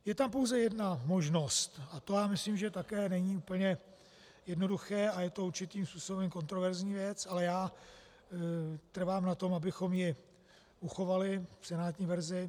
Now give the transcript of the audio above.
Je tam pouze jedna možnost a já myslím, že to také není úplně jednoduché a je to určitým způsobem kontroverzní věc, ale já trvám na tom, abychom ji uchovali v senátní verzi.